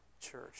church